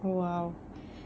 !wow!